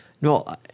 No